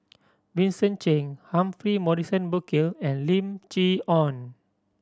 Vincent Cheng Humphrey Morrison Burkill and Lim Chee Onn